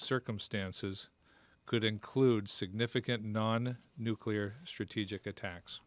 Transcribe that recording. circumstances could include significant non nuclear strategic attacks